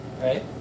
Right